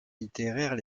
littéraires